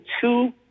two